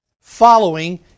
following